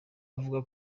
avuga